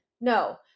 No